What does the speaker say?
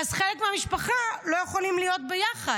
ואז חלק מהמשפחה לא יכולים להיות ביחד.